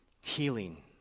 healing